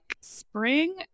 spring